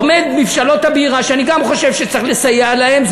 עומד מבשלות הבירה, שאני חושב שצריך לסייע להן.